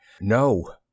No